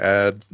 add